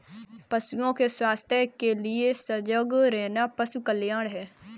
पशुओं के स्वास्थ्य के लिए सजग रहना पशु कल्याण है